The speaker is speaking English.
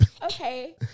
Okay